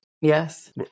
Yes